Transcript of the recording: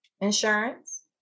insurance